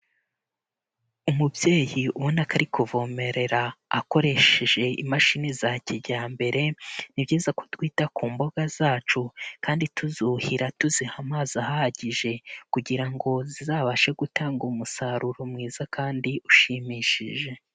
Umubyeyi ubona ko ari kuvomerera akoresheje imashini za kijyambere, ni byiza ko twita ku mboga zacu kandi tuzuhira tuziha amazi ahagije kugira ngo zizabashe gutanga umusaruro mwiza kandi ushimishije.